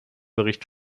bericht